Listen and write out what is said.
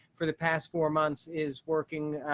for the past four months is working.